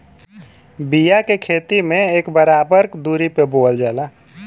बिया के खेती में इक बराबर दुरी पे बोवल जाला